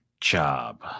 job